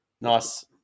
nice